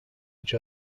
each